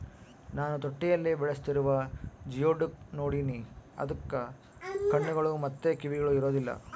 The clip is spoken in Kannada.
ನಾನು ತೊಟ್ಟಿಯಲ್ಲಿ ಬೆಳೆಸ್ತಿರುವ ಜಿಯೋಡುಕ್ ನೋಡಿನಿ, ಅದಕ್ಕ ಕಣ್ಣುಗಳು ಮತ್ತೆ ಕಿವಿಗಳು ಇರೊದಿಲ್ಲ